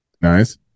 nice